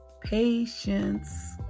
patience